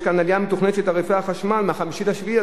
יש כאן על עלייה מתוכננת של תעריפי החשמל ב-5 ביולי,